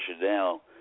now